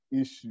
issue